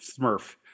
Smurf